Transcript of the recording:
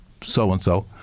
so-and-so